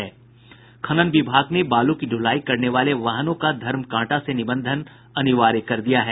खनन विभाग ने बालू की दुलाई करने वाले वाहनों का धर्मकांटा से निबंधन कराना अनिवार्य कर दिया है